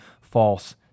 false